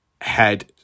head